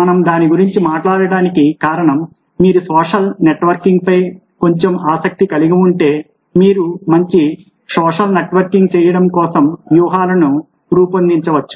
మనం దాని గురించి మాట్లాడటానికి కారణం మీరు సోషల్ నెట్వర్కింగ్పై కొంచెం ఆసక్తి కలిగి ఉంటే మీరు మంచి సోషల్ నెట్వర్కింగ్ చేయడం కోసం వ్యూహాలను రూపొందించవచ్చు